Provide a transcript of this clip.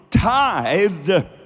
tithed